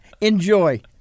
enjoy